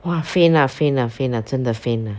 !wah! faint lah faint lah faint lah 真的 faint lah